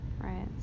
Right